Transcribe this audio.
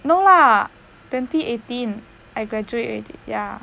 no lah twenty eighteen I graduate already ya